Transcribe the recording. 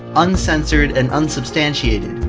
uncensored and unsubstantiated.